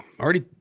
already